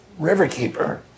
Riverkeeper